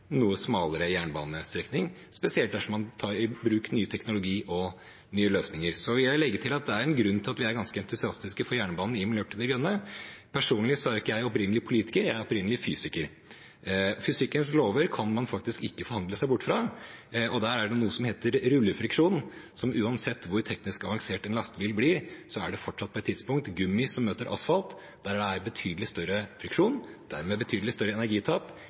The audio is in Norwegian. noe smalere jernbanestrekning, spesielt dersom man tar i bruk ny teknologi og nye løsninger. Så vil jeg legge til at det er en grunn til at vi er ganske entusiastiske for jernbanen i Miljøpartiet De Grønne. Personlig er jeg ikke opprinnelig politiker, jeg er opprinnelig fysiker. Fysikkens lover kan man faktisk ikke forhandle seg bort fra, og der er det noe som heter rullefriksjon. Uansett hvor teknisk avansert en lastebil blir, er det fortsatt på et tidspunkt gummi som møter asfalt, og der er det betydelig større friksjon – og dermed betydelig større energitap